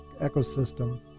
ecosystem